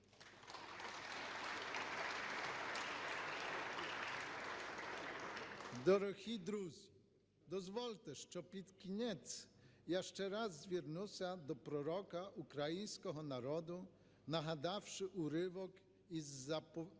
Дорогі друзі, дозвольте, що під кінець я ще раз звернуся до пророка українського народу, нагадавши уривок із "Заповіту"